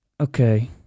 Okay